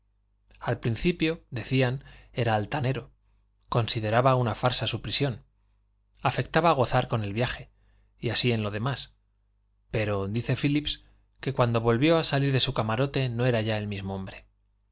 al principio decían era altanero consideraba una farsa su prisión afectaba gozar con el viaje y así en lo demás pero dice phillips que cuando volvió a salir de su camarote no era ya el mismo hombre